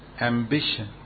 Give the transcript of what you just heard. ambition